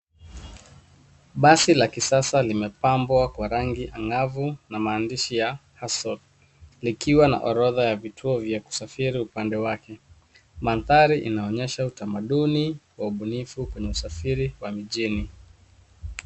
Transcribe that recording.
Basi la kisasa limepambwa kwa rangi angavu na maandishi ya hustle likiwa na orodha ya vituo ya kusafiri upande wake. Mandhari inaonyesha utamaduni wa ubunifu kwenye usafiri wa mjini.